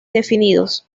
definidos